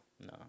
No